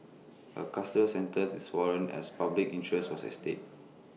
A custodial center is warranted as public interest was at stake